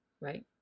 right